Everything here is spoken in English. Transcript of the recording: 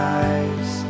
eyes